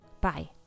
bye